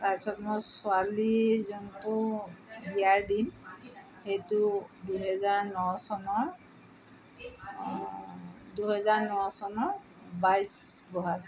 তাৰপিছত মোৰ ছোৱালীৰ যোনটো বিয়াৰ দিন সেইটো দুহেজাৰ ন চনৰ দুহেজাৰ ন চনৰ বাইছ বহাগ